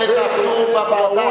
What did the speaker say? זה מה שתעשו בוועדה.